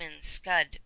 scud